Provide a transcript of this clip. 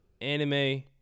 Anime